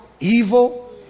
Evil